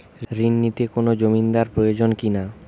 ঋণ নিতে কোনো জমিন্দার প্রয়োজন কি না?